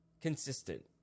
consistent